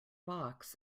box